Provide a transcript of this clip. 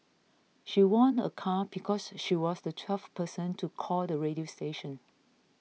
she won a car because she was the twelfth person to call the radio station